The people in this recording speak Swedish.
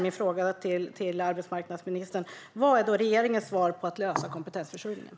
Min fråga till arbetsmarknadsministern blir: Vilket är då regeringens svar vad gäller att lösa kompetensförsörjningen?